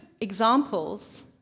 examples